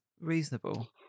reasonable